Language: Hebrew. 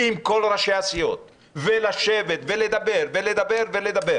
עם כל ראשי הסיעות ולשבת ולדבר ולדבר ולדבר